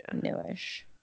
newish